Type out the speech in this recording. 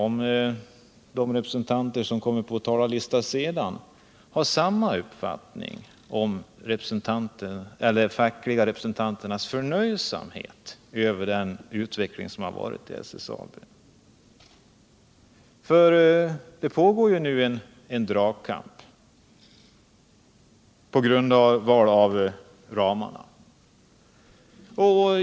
Har de fackliga representanter som kommer senare på talarlistan samma uppfattning om de fackliga representanternas förnöjsamhet med den utveckling som varit i SSAB? Det pågår nu en dragkamp när det gäller ramarna.